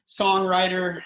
songwriter